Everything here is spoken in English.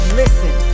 listen